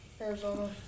Arizona